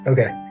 Okay